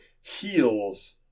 heals